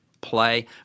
play